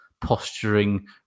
posturing